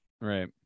right